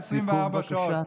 משפט סיכום, בבקשה.